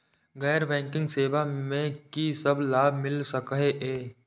गैर बैंकिंग सेवा मैं कि सब लाभ मिल सकै ये?